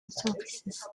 services